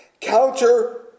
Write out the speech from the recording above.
counter